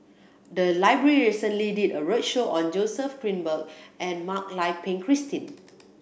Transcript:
the library recently did a roadshow on Joseph Grimberg and Mak Lai Peng Christine